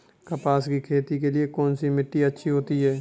कपास की खेती के लिए कौन सी मिट्टी अच्छी होती है?